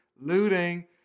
looting